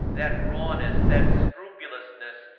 that rawness, that scrupulousness,